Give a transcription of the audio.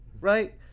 right